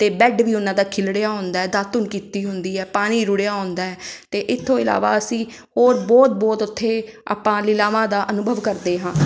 ਅਤੇ ਬੈੱਡ ਵੀ ਉਹਨਾਂ ਦਾ ਖਿਲਰਿਆ ਹੁੰਦਾ ਦਾਤਣ ਕੀਤੀ ਹੁੰਦੀ ਹੈ ਪਾਣੀ ਰੁੜਿਆ ਹੁੰਦਾ ਹੈ ਅਤੇ ਇੱਥੋਂ ਇਲਾਵਾ ਅਸੀਂ ਹੋਰ ਬਹੁਤ ਬਹੁਤ ਉੱਥੇ ਆਪਾਂ ਲੀਲਾਵਾਂ ਦਾ ਅਨੁਭਵ ਕਰਦੇ ਹਾਂ